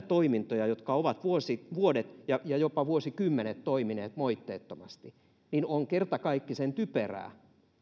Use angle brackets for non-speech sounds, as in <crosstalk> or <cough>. <unintelligible> toimintoja jotka ovat vuodet vuodet ja ja jopa vuosikymmenet toimineet moitteettomasti niin on kertakaikkisen typerää